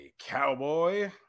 cowboy